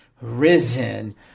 risen